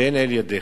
ואין לאל ידך.